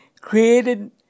created